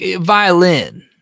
violin